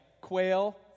quail